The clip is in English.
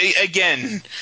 again